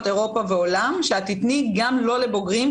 אירופה ועולם שתיתני גם לא לבוגרים,